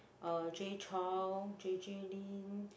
uh Jay-Chou J_J-Lin